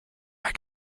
mehr